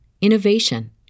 innovation